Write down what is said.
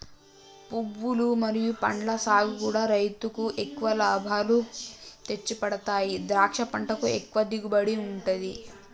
పువ్వులు మరియు పండ్ల సాగుకూడా రైలుకు ఎక్కువ లాభాలు తెచ్చిపెడతాయి ద్రాక్ష పంటకు ఎక్కువ దిగుబడి ఉంటది